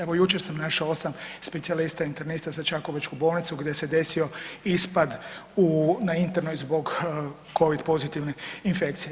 Evo jučer sam našao 8 specijalista internista za Čakovečku bolnicu gdje se desio ispad na internoj zbog covid pozitivne infekcije.